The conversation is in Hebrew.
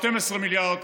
12 מיליארד,